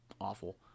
awful